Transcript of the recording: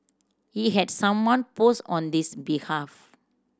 he had someone post on this behalf